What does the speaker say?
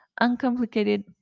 uncomplicated